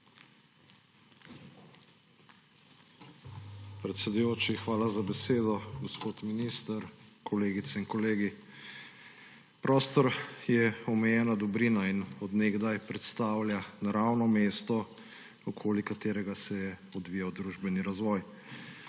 Predsedujoči, hvala za besedo. Gospod minister, kolegice in kolegi! Prostor je omejena dobrina in od nekdaj predstavlja naravno mesto, okoli katerega se je odvijal družbeni razvoj.